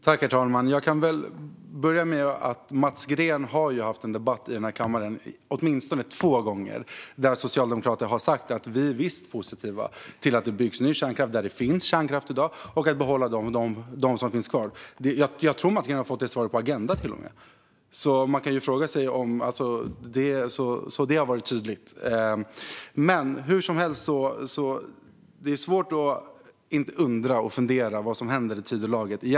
Herr talman! Jag kan väl börja med att säga att Mats Green har deltagit i åtminstone två debatter i denna kammare där socialdemokrater har sagt att Socialdemokraterna visst är positiva till att det byggs ny kärnkraft där det i dag finns kärnkraft och till att behålla den kärnkraft som finns kvar. Jag tror att Mats Green till och med har fått det svaret i Agenda . Det har varit tydligt. Det är svårt att inte undra vad som egentligen händer i Tidölaget.